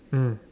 mm